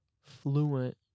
fluent